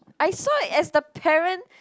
I saw it as the parent